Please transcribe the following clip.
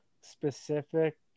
specific